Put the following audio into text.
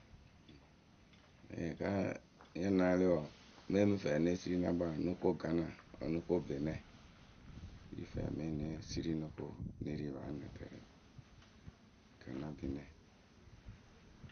mee ŋ́ kpǝ we ŋ́ maỳǝ mee mɨ fɛɛwǝ ne siri na kpaa no ko gana wǝ́ no ko benɛ. wɨ ri fɛɛ ne siri no ko ne ri paa na tɛlɩ gana benɛ.